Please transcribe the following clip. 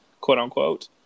quote-unquote